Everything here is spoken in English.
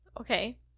Okay